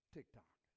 TikTok